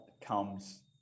comes